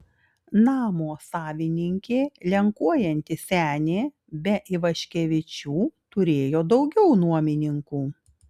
namo savininkė lenkuojanti senė be ivaškevičių turėjo daugiau nuomininkų